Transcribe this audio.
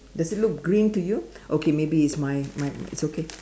does it look green to you okay maybe it's my my it's okay